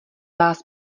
vás